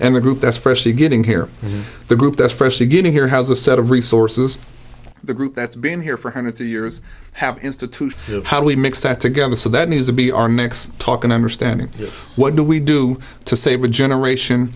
and the group that's freshly getting here the group that's fresh beginning here has a set of resources the group that's been here for hundreds of years have institute of how we mix that together so that needs to be our next talk in understanding what do we do to save a generation